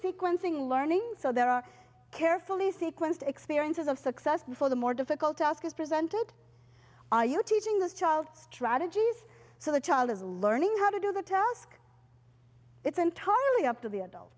sequencing learning so there are carefully sequenced experiences of success before the more difficult task is presented are you teaching this child strategies so the child is learning how to do the task it's entirely up to the adult